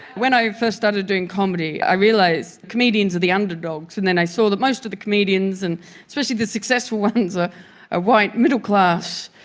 when i first started doing comedy i realised comedians are the underdogs, and then i saw that most of the comedians and especially the successful ones are ah white, middle class,